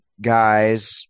guys